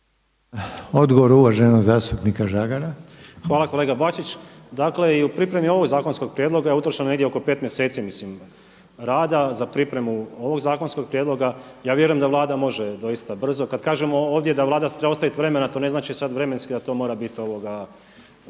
Tomislav (Nezavisni)** Hvala kolega Bačić, dakle i u pripremi ovog zakonskog prijedloga je utrošeno negdje oko 5 mjeseci mislim rada za pripremu ovog zakonskog prijedloga. Ja vjerujem da Vlada može doista brzo, kada kažemo ovdje da Vlada si treba ostaviti vremena, to ne znači sad vremenski da to mora biti jedan